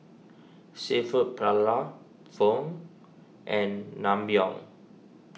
Seafood Paella Pho and Naengmyeon